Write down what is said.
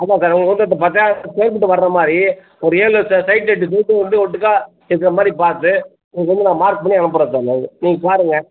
ஆமாம் சார் உங்களுக்கு பத்தாயிரம் ஸ்கொர் ஃபீட் வர்ற மாதிரி ஒரு ஏழு சைட் எட்டு சைட் ஒட்டுக்காக இருக்கிற மாதிரி பார்த்து உங்களுக்கு வந்து நான் மார்க் பண்ணி அனுப்புகிறேன் சார் நீங்கள் பாருங்கள்